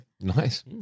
nice